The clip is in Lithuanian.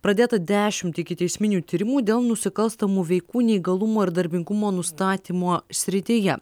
pradėta dešimt ikiteisminių tyrimų dėl nusikalstamų veikų neįgalumo ir darbingumo nustatymo srityje